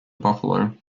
buffalo